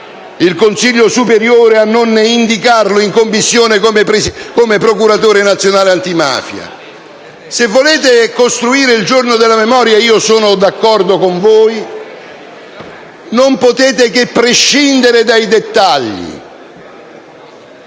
della magistratura a non indicarlo in Commissione come procuratore nazionale antimafia? Se volete istituire un giorno della memoria - e sono d'accordo con voi - non potete che prescindere dai dettagli